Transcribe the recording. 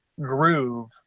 groove